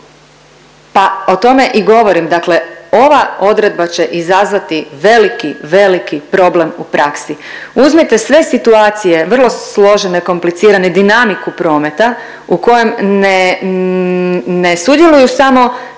Pa o tome i govorim, dakle ova odredba će izazvati veliki, veliki problem u praksi. Uzmite sve situacije vrlo složene i komplicirane i dinamiku prometa u kojem ne, ne sudjeluju samo